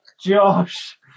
Josh